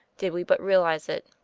did we but realize it.